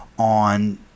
on